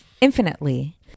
infinitely